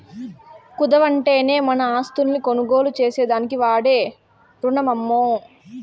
కుదవంటేనే మన ఆస్తుల్ని కొనుగోలు చేసేదానికి వాడే రునమమ్మో